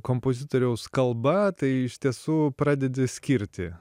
kompozitoriaus kalba tai iš tiesų pradedi skirti